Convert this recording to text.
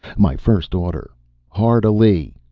my first order hard alee!